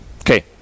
Okay